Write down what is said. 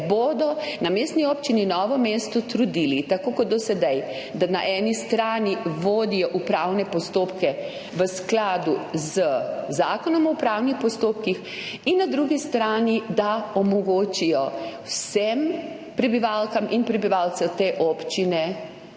bodo na Mestni občini Novo mesto trudili, tako kot do sedaj, da na eni strani vodijo upravne postopke v skladu z Zakonom o upravnih postopkih in da na drugi strani omogočijo vsem prebivalkam in prebivalcem te občine